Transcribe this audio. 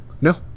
No